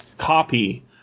copy